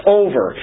over